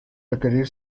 requerir